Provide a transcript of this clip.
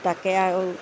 তাকে আৰু